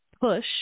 push